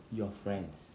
your friends